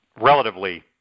relatively